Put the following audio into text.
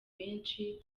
benshi